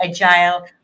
agile